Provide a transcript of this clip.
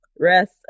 Rest